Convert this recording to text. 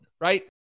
right